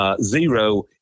zero